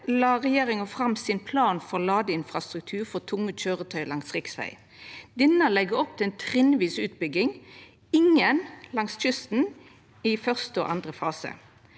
la regjeringa fram «Plan for ladestasjoner for tunge kjøretøy langs riksvei». Denne legg opp til ei trinnvis utbygging – ingen langs kysten i første og andre fase.